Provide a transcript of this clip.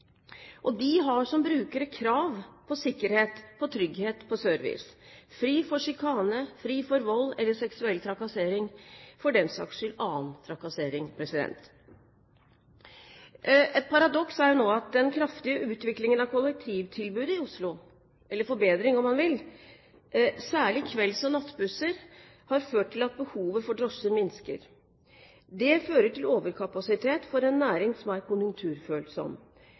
De har som brukere krav på sikkerhet, trygghet og service – fri for sjikane, fri for vold eller seksuell trakassering – for den saks skyld annen trakassering. Det er et paradoks at den kraftige utviklingen av kollektivtilbudet i Oslo – eller forbedring, om man vil, med kvelds- og nattbusser – har ført til at behovet for drosjer minsker. Det fører til overkapasitet for en næring som er konjunkturfølsom.